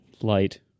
light